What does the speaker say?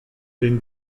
den